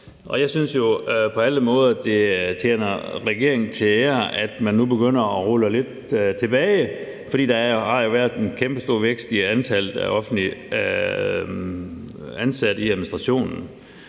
jeg synes på alle måder, at det tjener regeringen til at ære, at man nu begynder at rulle lidt tilbage, for der havde været en kæmpestor vækst i antallet af offentligt ansatte i administrationen.